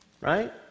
Right